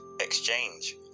exchange